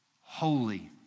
holy